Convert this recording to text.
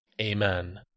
Amen